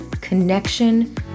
connection